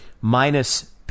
minus –